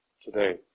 today